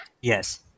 yes